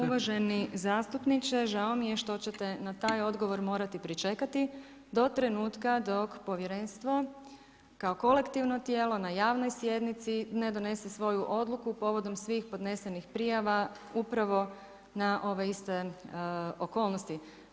Uvaženi zastupniče, žao mi je što ćete na taj odgovor morati pričekati do trenutka dok povjerenstvo kao kolektivno tijelo na javnoj sjednici ne donese svoju odluku povodom svih podnesenih prijava upravo na ove iste okolnosti.